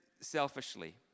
selfishly